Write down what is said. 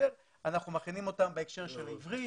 אנחנו מכינים אותם בהקשר של עברית,